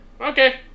Okay